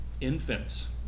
infants